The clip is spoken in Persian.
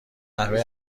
نحوه